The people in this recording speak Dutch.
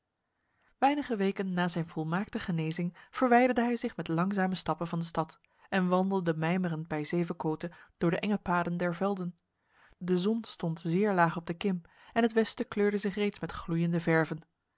weinig weken na zijn volmaakte genezing verwijderde hij zich met langzame stappen van de stad en wandelde mijmerend bij zevekote door de enge paden der velden de zon stond zeer laag op de kim en het westen kleurde zich reeds met gloeiende verven